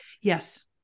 yes